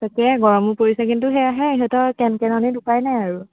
তাকে গৰমো পৰিছে কিন্তু সেইয়াহে সিহঁতৰ কেনকেননিত উপায় নাই আৰু